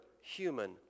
human